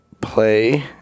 play